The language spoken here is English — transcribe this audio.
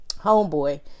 homeboy